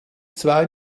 zwei